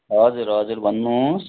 हजुर हजुर भन्नु होस्